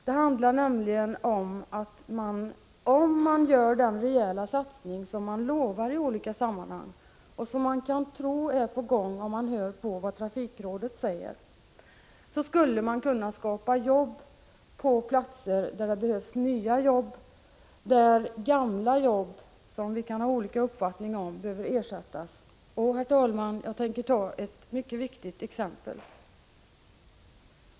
Det är nämligen så, att om man gör den rejäla satsning som utlovas i olika sammanhang, och som vi kan tro är på gång om vi lyssnar till vad transportrådet säger, skulle man kunna skapa jobb på platser där det behövs nya sådana eller där gamla jobb — som vi kan ha olika uppfattningar om — behöver ersättas. Jag tänker, herr talman, anföra ett viktigt exempel.